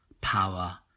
power